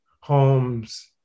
homes